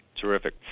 Terrific